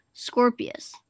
Scorpius